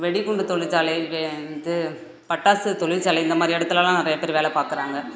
வெடிகுண்டு தொழிற்சாலை வே வந்து பட்டாசு தொழிற்சாலை இந்த மாதிரி இடத்துலலாம் நிறைய பேர் வேலை பார்க்கறாங்க